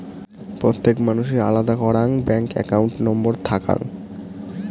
প্রত্যেক মানসির আলাদা করাং ব্যাঙ্ক একাউন্ট নম্বর থাকাং